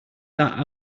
that